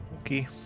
Okay